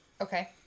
Okay